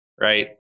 right